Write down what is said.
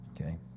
Okay